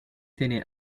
tiene